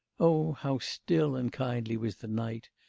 oh, how still and kindly was the night,